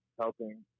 helping